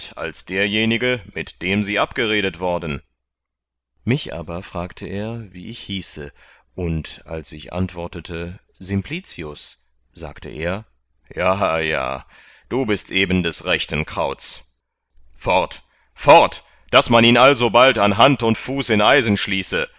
als derjenige mit dem sie abgeredet worden mich aber fragte er wie ich hieße und als ich antwortete